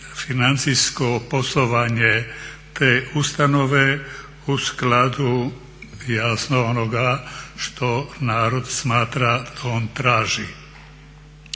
financijsko poslovanje te ustanove u skladu jasno onoga što narod smatra da on traži.